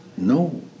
No